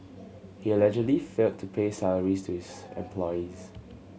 he allegedly failed to pay salaries to his employees